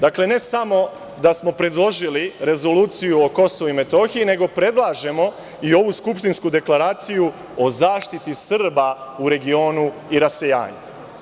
Dakle, ne samo da smo predložili rezoluciju o KiM, nego predlažemo i ovu skupštinsku deklaraciju o zaštiti Srba u regionu i rasejanju.